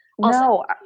No